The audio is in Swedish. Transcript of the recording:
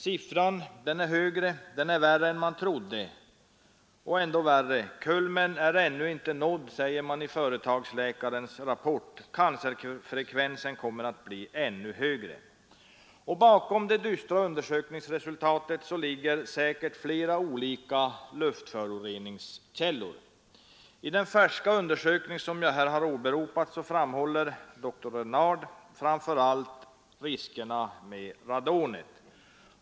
Siffran är högre än man trodde och vad värre är: kulmen är ännu inte nådd, heter det i företagsläkarens rapport. Cancerfrekvensen kommer att bli ännu högre. Bakom det dystra undersökningsresultatet ligger säkert flera olika luftföroreningskällor. I den färska undersökning som jag här har åberopat framhåller dr Renard framför allt riskerna med radon.